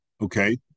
Okay